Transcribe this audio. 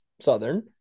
Southern